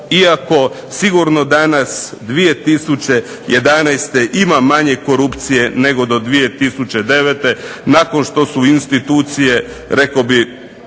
iako sigurno danas 2011. ima manje korupcije nego do 2009. nakon što su institucije rekao bih